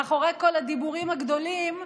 מאחורי כל הדיבורים הגדולים,